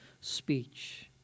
speech